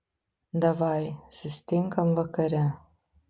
davai susitinkam vakare